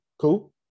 Cool